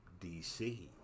DC